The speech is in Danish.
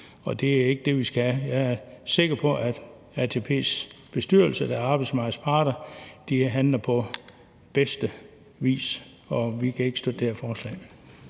og det er ikke det, vi skal have. Jeg er sikker på, at ATP's bestyrelse eller arbejdsmarkedets parter handler på bedste vis, og vi kan ikke støtte det her forslag.